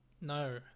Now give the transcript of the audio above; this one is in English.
No